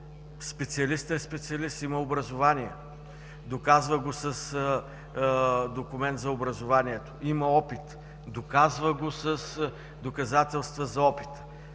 специалистът е специалист, има образование – доказва го с документ за образованието, има опит – доказва го с доказателства за опит.